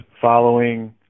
following